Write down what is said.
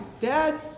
dad